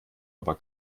aber